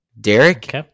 Derek